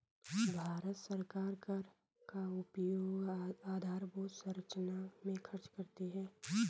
भारत सरकार कर का उपयोग आधारभूत संरचना में खर्च करती है